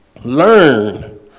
Learn